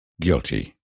guilty